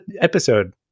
episode